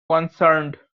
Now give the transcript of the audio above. concerned